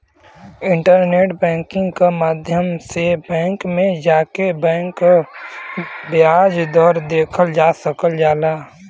internet banking क माध्यम से बैंक में जाके बैंक क ब्याज दर देखल जा सकल जाला